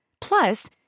Plus